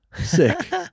sick